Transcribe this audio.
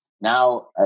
Now